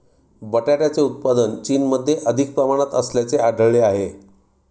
बटाट्याचे उत्पादन चीनमध्ये अधिक प्रमाणात असल्याचे आढळले आहे